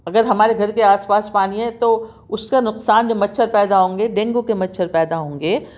اگر ہمارے گھر کے آس پاس پانی ہے تو اُس کا نقصان جب مچھر پیدا ہوں گے ڈینگو کے مچھر پیدا ہوں گے